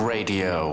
Radio